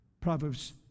Proverbs